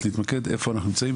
להתמקד באיפה אנחנו נמצאים,